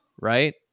right